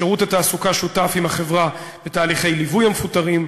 שירות התעסוקה שותף לחברה בתהליכי ליווי המפוטרים,